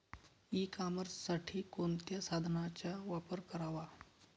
E कॉमर्ससाठी कोणत्या साधनांचा वापर करावा?